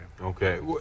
Okay